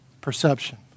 perception